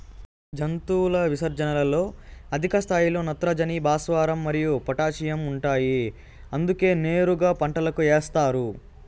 జంతువుల విసర్జనలలో అధిక స్థాయిలో నత్రజని, భాస్వరం మరియు పొటాషియం ఉంటాయి అందుకే నేరుగా పంటలకు ఏస్తారు